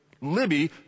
Libby